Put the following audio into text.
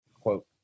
quote